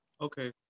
Okay